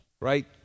right